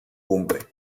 cumbre